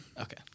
Okay